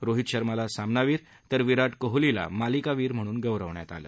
रोहित शर्माला सामनावीर तर विराट कोहलीला मालिकावीर म्हणून गौरवण्यात आलं